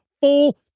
full